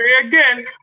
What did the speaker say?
again